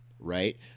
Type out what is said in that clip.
right